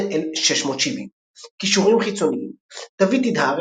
653–670. קישורים חיצוניים דוד תדהר,